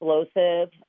explosive